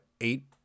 eight